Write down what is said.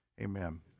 Amen